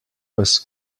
was